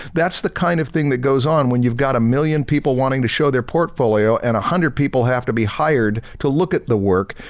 that's the kind of thing that goes on when you've got a million people wanting to show their portfolio and a hundred people have to be hired to look at the work.